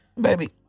baby